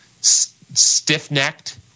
Stiff-necked